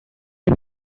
est